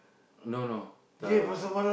no no the